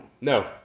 No